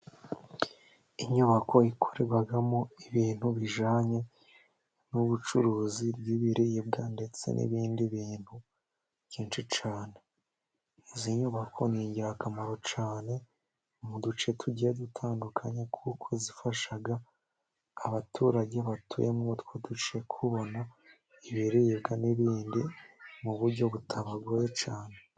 Inyubako ikorerwamo ibintu bijyanye n'ubucuruzi bw'ibiribwa, ndetse n'ibindi bintu byinshi cyane, izi nyubako ni ingirakamaro cyane mu duce tugiye dutandukanya, kuko zifasha abaturage batuyemo utwo duce kubona ibiribwa n'ibindi mu buryo butabagoye cyane.